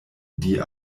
die